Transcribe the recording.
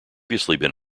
previously